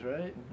right